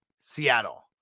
Seattle